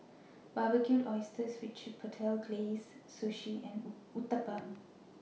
Barbecued Oysters with Chipotle Glaze Sushi and Uthapam